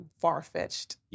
far-fetched